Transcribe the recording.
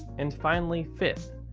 and finally, fifth,